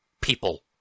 people